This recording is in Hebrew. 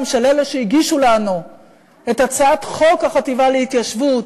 של אלה שהגישו לנו את הצעת חוק החטיבה להתיישבות,